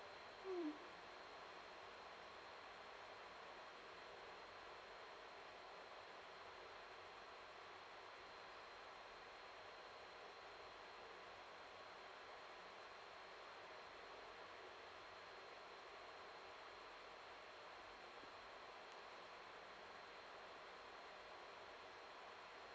mm